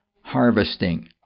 harvesting